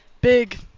big